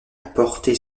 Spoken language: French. porter